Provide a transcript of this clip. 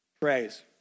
praise